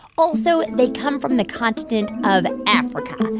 also, they come from the continent of africa,